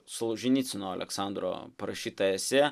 solženicyno aleksandro parašytą esė